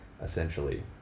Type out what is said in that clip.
essentially